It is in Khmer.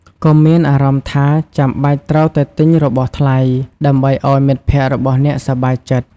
កុំមានអារម្មណ៍ថា ចាំបាច់ត្រូវតែទិញរបស់ថ្លៃ ដើម្បីឱ្យមិត្តភក្តិរបស់អ្នកសប្បាយចិត្ត។